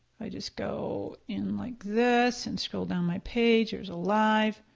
i just go in like this and scroll down my page, there's a live.